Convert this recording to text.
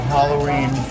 Halloween